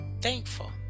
thankful